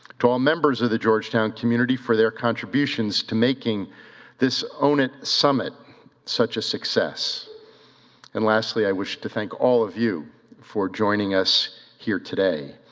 to all members of the georgetown community for their contributions to making this own it summit such a success and lastly, i wish to thank all of you for joining us here today.